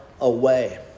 away